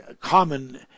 common